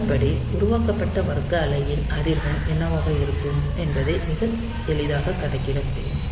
அதன்படி உருவாக்கப்பட்ட வர்க்க அலையின் அதிர்வெண் என்னவாக இருக்கும் என்பதை மிக எளிதாக கணக்கிட முடியும்